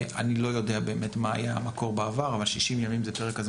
אני לא יודע באמת מה היה המקור בעבר אבל 60 ימים זה פרק הזמן